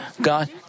God